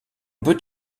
peut